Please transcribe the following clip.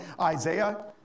Isaiah